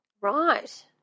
Right